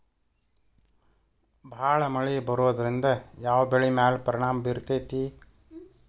ಭಾಳ ಮಳಿ ಬರೋದ್ರಿಂದ ಯಾವ್ ಬೆಳಿ ಮ್ಯಾಲ್ ಪರಿಣಾಮ ಬಿರತೇತಿ?